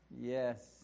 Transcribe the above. Yes